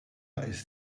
ist